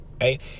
right